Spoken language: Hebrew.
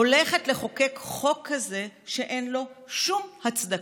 הולכת לחוקק חוק כזה, שאין לו שום הצדקה?